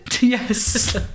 Yes